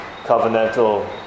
covenantal